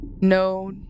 no